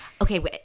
Okay